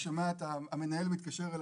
המנהל מתקשר אליי,